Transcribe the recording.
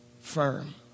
firm